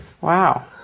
Wow